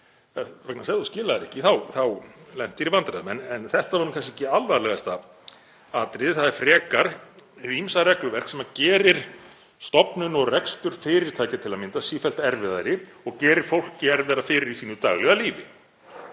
að ef þú skilaðir ekki þá lentir þú í vandræðum. En þetta var kannski alvarlegasta atriðið. Það er frekar hið ýmsa regluverk sem gerir stofnun og rekstur fyrirtækja til að mynda sífellt erfiðari og gerir fólki erfiðara fyrir í sínu daglega lífi.